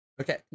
Okay